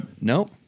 Nope